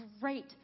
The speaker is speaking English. great